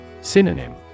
Synonym